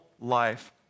Life